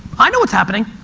i know what's happening.